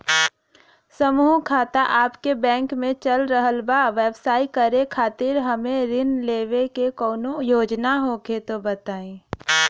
समूह खाता आपके बैंक मे चल रहल बा ब्यवसाय करे खातिर हमे ऋण लेवे के कौनो योजना होखे त बताई?